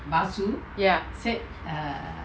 ya